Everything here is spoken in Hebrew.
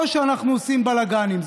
או שאנחנו עושים בלגנים.